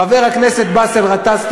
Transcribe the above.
חבר הכנסת באסל גטאס,